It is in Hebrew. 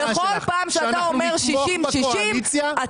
שאנחנו נתמוך בקואליציה?